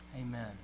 Amen